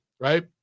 right